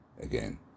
again